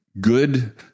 good